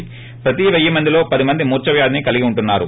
అంటే ప్రతి వెయ్యేమందిలో పదిమంది మూర్చ వ్యాది కలిగి ఉంటున్నారు